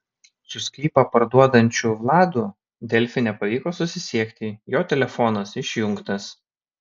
su sklypą parduodančiu vladu delfi nepavyko susisiekti jo telefonas išjungtas